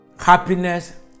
happiness